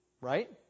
Right